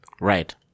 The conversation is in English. Right